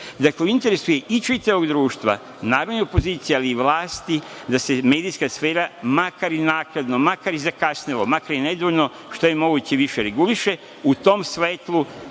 seče. Dakle, u interesu je i čitavog društva, najmanje opozicije, ali i vlasti, da se medijska sfera makar i naknadno, makar i zakasnelo, makar i nedovoljno, što je moguće više reguliše u tom svetlu